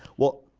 well,